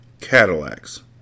Cadillacs